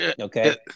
okay